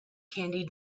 candy